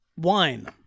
Wine